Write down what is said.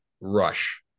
rush